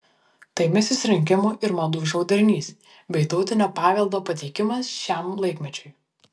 tai misis rinkimų ir madų šou derinys bei tautinio paveldo pateikimas šiam laikmečiui